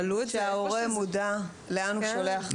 --- ההורה מודע לאן הוא שולח את הילד.